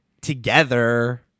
together